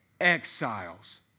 Exiles